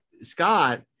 Scott